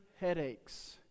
headaches